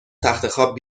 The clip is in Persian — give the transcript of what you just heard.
تختخواب